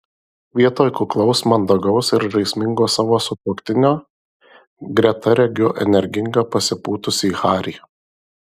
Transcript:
vietoj kuklaus mandagaus ir žaismingo savo sutuoktinio greta regiu energingą pasipūtusį harį